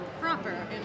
proper